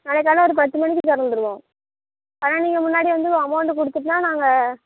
நாளைக்கு காலைல ஒரு பத்து மணிக்கு திறந்துருவோம் ஆனால் நீங்கள் முன்னாடியே வந்து அமௌண்டு கொடுத்துட்னா நாங்கள்